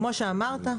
כפי שאמרת,